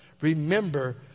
remember